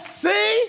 see